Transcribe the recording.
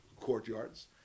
courtyards